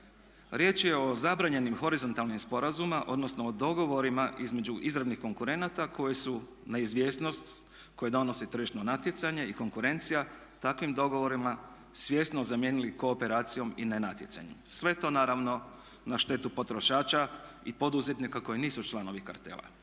Riječ je o zabranjenim horizontalnim sporazumima odnosno o dogovorima između izravnih konkurenata koji su neizvjesnost koju donosi tržišno natjecanje i konkurencija takvim dogovorima svjesno zamijenili kooperacijom i nenatjecanjem. Sve to naravno na štetu potrošača i poduzetnika koji nisu članovi kartela.